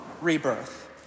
rebirth